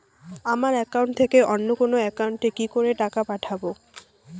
আমার একাউন্ট থেকে অন্য কারো একাউন্ট এ কি করে টাকা পাঠাবো?